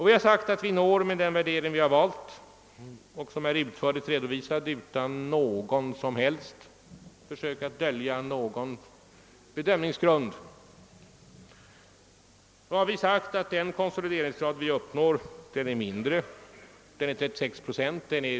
Vi har sagt att vi når, med den värdering som vi valt och som är utförligt redovisad utan något som helst försök att dölja någon bedömningsgrund, en relativt låg konsolideringsgrad av 36 procent.